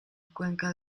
cuenca